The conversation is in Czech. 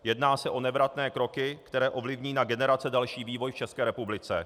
Jedná se o nevratné kroky, které ovlivní na generace další vývoj v České republice.